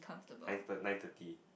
nine thir~ nine thirty